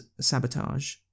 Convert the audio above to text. sabotage